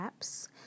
apps